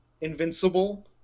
invincible –